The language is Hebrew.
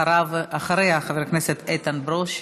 אחריה, חבר הכנסת איתן ברושי.